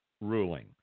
ruling